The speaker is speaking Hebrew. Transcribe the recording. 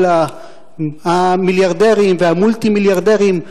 כל המיליארדרים והמולטי-מיליארדרים.